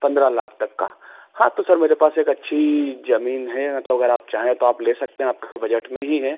पन्द्रह लाख तक का हाँ तो सर मेरे पास एक अच्छी ज़मीन है मतलब अगर आप चाहें तो आप ले सकते हैं आपके बजट में ही है